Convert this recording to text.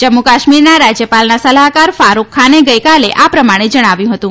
જમ્મુ કાશ્મીરના રાજ્યપાલના સલાહકાર ફારૂક ખાને ગઇકાલે આ પ્રમાણે જણાવ્યું હતું